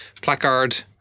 placard